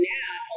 now